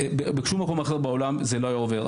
בשום מקום אחר בעולם זה לא היה עובר.